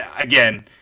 again